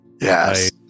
Yes